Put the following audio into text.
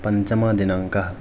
पञ्चमदिनाङ्कः